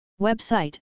Website